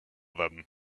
them